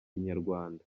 inyarwanda